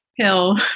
pill